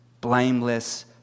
blameless